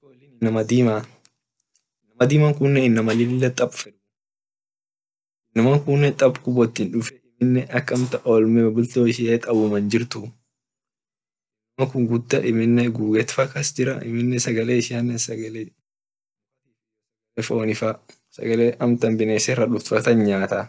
Inama kuune inama diima inama dima kune inama lilla tab feduu inama kune tabii ti wottii dufee dado ishianen tabaa jirtuu inama kune gda guget ka jira sagale ishianen sagale foni faa sagale binesira duft sagale